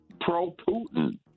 pro-Putin